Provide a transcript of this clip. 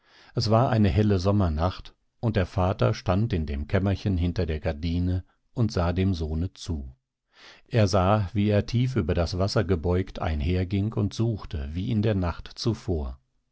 es war eine helle sommernacht und der vater stand in dem kämmerchen hinter der gardine und sah dem sohne zu er sah wie er tief über das wasser gebeugt einherging und suchte wie in der nacht zuvor